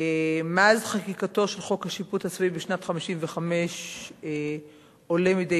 מאז חקיקתו של חוק השיפוט הצבאי בשנת 1955 עולה מדי